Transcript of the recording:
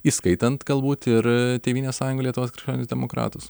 įskaitant galbūt ir tėvynės sąjungą lietuvos krikščionis demokratus